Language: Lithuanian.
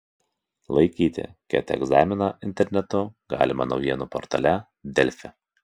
laikyti ket egzaminą internetu galima naujienų portale delfi